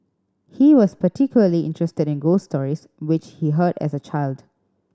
he was particularly interested in ghost stories which he heard as a child